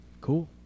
cool